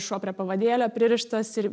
šuo prie pavadėlio pririštas ir